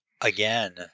Again